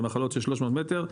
הן מחלות של 300 מטר,